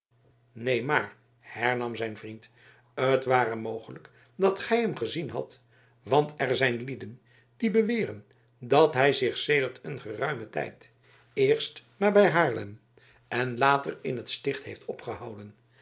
neen maar hernam zijn vriend het ware mogelijk dat gij hem gezien hadt want er zijn lieden die beweren dat hij zich sedert een geruimen tijd eerst nabij haarlem en later in het sticht heeft opgehouden